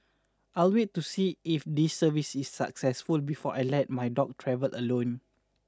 I'll wait to see if this service is successful before I let my dog travel alone